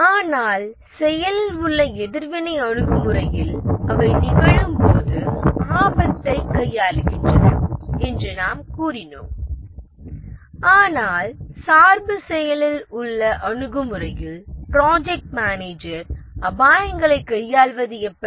ஆனால் செயலில் உள்ள எதிர்வினை அணுகுமுறையில் அவை நிகழும்போது ஆபத்தை கையாளுகின்றன என்று நாங்கள் கூறினோம் ஆனால் சார்பு செயலில் உள்ள அணுகுமுறையில் ப்ராஜெக்ட் மேனேஜர் அபாயங்களைக் கையாள்வது எப்படி